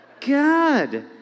God